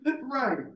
Right